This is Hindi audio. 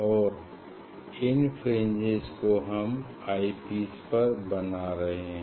और इन फ्रिंजेस को हम आई पीस पर बना रहे हैं